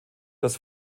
das